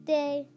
day